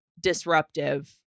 disruptive